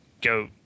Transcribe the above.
go